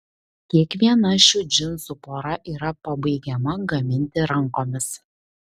kiekviena šių džinsų pora yra pabaigiama gaminti rankomis